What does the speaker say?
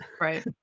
Right